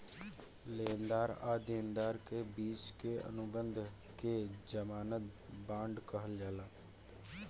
लेनदार आ देनदार के बिच के अनुबंध के ज़मानत बांड कहल जाला